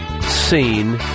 seen